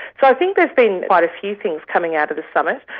so i think there's been quite a few things coming out of the summit.